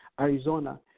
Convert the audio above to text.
Arizona